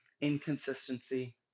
inconsistency